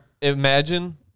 imagine